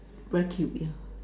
very cute yeah